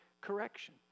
correction